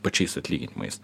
pačiais atlyginimais